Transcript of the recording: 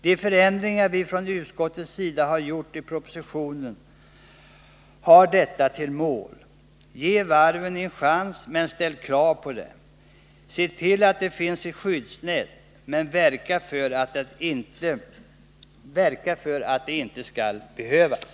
De förändringar vi från utskottets sida har föreslagit i propositionen har bl.a. detta till mål. Ge varven en chans, men ställ krav på dem! Se till att det finns ett skyddsnät, men verka för att det inte skall behövas!